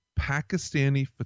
Pakistani